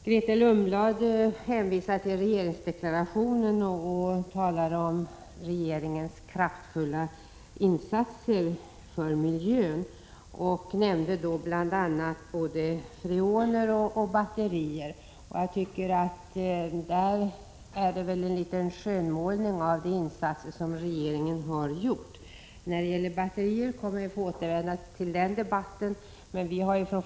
Grethe Lundblad hänvisade till regeringsdeklarationen och talade om regeringens kraftfulla insatser för miljön. Hon nämnde bl.a. freoner och batterier. Jag tycker att det var litet av en skönmålning av de insatser som regeringen har gjort. Frågan om batterierna kommer vi att återvända till.